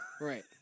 right